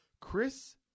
Chris